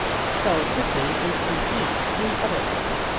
so quickly did he eat the other end.